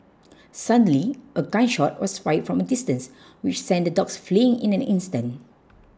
suddenly a gun shot was fired from a distance which sent the dogs fleeing in an instant